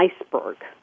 iceberg